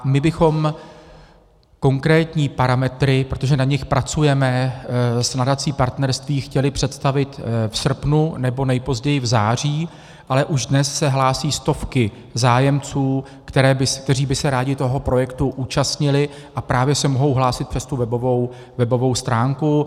My bychom konkrétní parametry, protože na nich pracujeme s Nadací Partnerství, chtěli představit v srpnu, nebo nejpozději v září, ale už dnes se hlásí stovky zájemců, kteří by se rádi projektu účastnili, a právě se mohou hlásit přes tu webovou stránku.